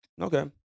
Okay